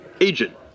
Agent